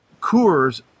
coors